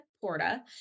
Porta